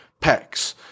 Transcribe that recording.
pecs